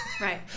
Right